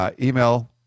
Email